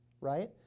right